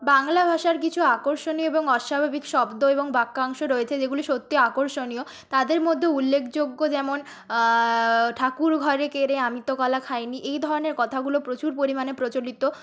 বাংলা ভাষার কিছু আকর্ষণীয় এবং অস্বাভাবিক শব্দ এবং বাক্যাংশ রয়েছে যেগুলি সত্যি আকর্ষণীয় তাদের মধ্যে উল্লেখযোগ্য যেমন ঠাকুর ঘরে কে রে আমি তো কলা খাই নি এই ধরনের কথাগুলো প্রচুর পরিমাণে প্রচলিত